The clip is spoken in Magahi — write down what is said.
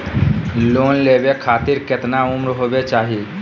लोन लेवे खातिर केतना उम्र होवे चाही?